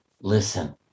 Listen